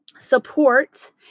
support